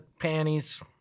panties